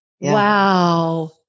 Wow